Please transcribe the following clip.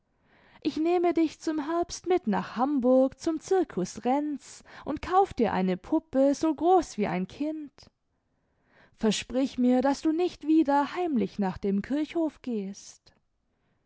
ich nehme dich zum herbst mit nach hamburg zum zirkus renz und kauf dir eine puppe so groß wie ein kind versprich mir daß du nicht wieder heimlich nach dem kirchhof gehst